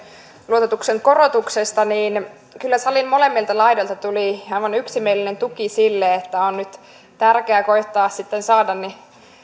luototuksen korotuksesta niin kyllä salin molemmilta laidoilta tuli aivan yksimielinen tuki sille että on tärkeää nyt koettaa sitten saada